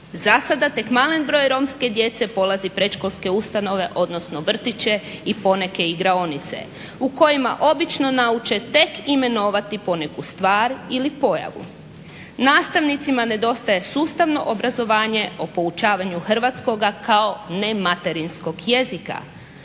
Za sada tek malen broj romske djece polazi predškolske ustanove odnosno vrtiće i poneke igraonice u kojima obično nauče tek imenovati poneku stvar ili pojavu. Nastavnicima nedostaje sustavno obrazovanje o poučavanju hrvatskoga kao ne materinskog jezika,